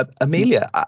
amelia